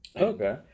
Okay